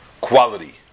quality